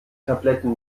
tabletten